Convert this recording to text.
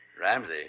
Ramsey